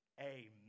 Amen